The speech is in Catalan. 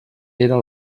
era